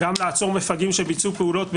גם לעצור מפגעים שביצעו פעולות בפועל,